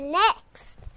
next